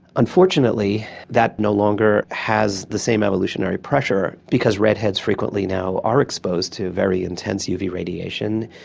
unfortunately that no longer has the same evolutionary pressure because redheads frequently now are exposed to very intense uv radiation.